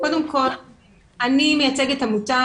קודם כל אני מייצגת עמותה,